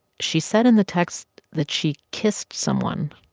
she said in the text that she kissed someone.